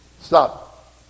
Stop